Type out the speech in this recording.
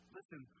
Listen